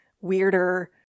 weirder